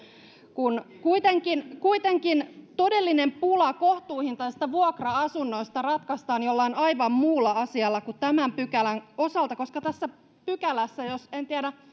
kun kuitenkin kuitenkin todellinen pula kohtuuhintaisista vuokra asunnoista ratkaistaan jollain aivan muulla asialla kuin tämän pykälän osalta koska tässä pykälässä jos en tiedä